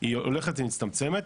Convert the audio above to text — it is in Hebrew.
היא הולכת ומצטמצמת,